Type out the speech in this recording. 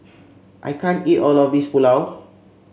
I can't eat all of this Pulao